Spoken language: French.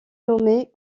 nommé